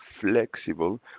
flexible